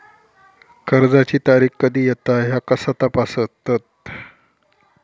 कर्जाची तारीख कधी येता ह्या कसा तपासतत?